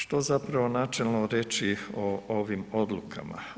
Što zapravo načelno reći o ovom odlukama?